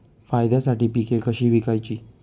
फायद्यासाठी पिके कशी विकायची?